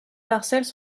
parcelles